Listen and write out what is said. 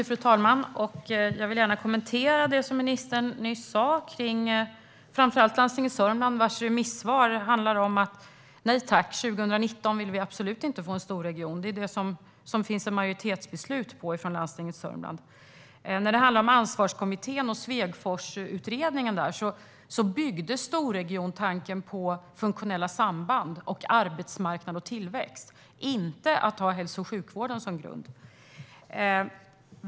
Fru talman! Jag vill gärna kommentera det som ministern nyss sa. Framför allt gäller det Landstinget Sörmland, vars remissvar kan sammanfattas på följande sätt: Nej tack, år 2019 vill vi absolut inte få en storregion. Det är detta som det finns ett majoritetsbeslut om från Landstinget Sörmland. När det handlar om Ansvarskommittén och Svegforsutredningen byggde storregiontanken på funktionella samband, arbetsmarknad och tillväxt. Den hade inte hälso och sjukvården som grund.